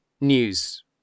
news